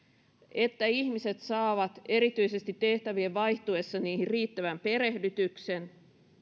että ihmiset saavat erityisesti tehtävien vaihtuessa niihin riittävän perehdytyksen